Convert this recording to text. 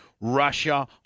Russia